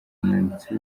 umwanditsi